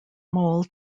mole